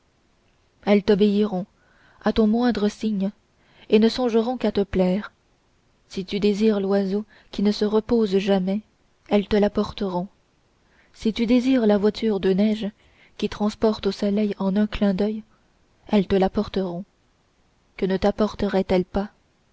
elles t'obéiront à ton moindre signe et ne songeront qu'à te plaire si tu désires l'oiseau qui ne se repose jamais elles te l'apporteront si tu désires la voiture de neige qui transporte au soleil en un clin d'oeil elles te l'apporteront que ne tapporteraient elles pas